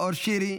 נאור שירי,